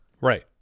right